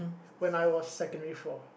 when I was secondary four